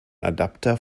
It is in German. adapter